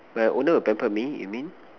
my owner will pamper me you mean